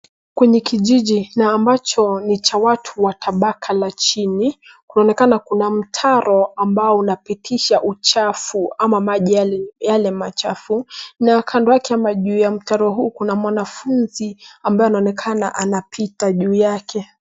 Kwenye kijiji na ambacho ni cha watu wa tabaka la chini. Kunaonekana kuna mtaro ambao unapitisha uchafu ama maji yale machafu na kando yake ama juu ya mtaro huu kuna mwanafunzi ambaye anaonekana anapita juu yake.